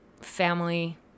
family